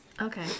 Okay